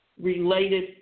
related